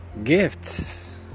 gifts